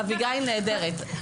אביגיל נהדרת.